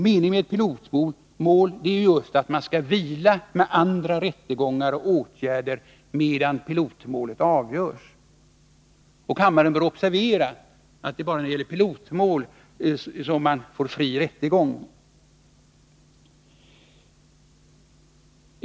Meningen med pilotmål är just att man skall vila med andra rättegångar och åtgärder, medan pilotmålet avgörs, och kammaren bör också observera att det här går att få fri rättegång bara i ett pilotmål.